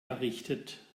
errichtet